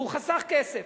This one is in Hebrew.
והוא חסך כסף,